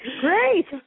Great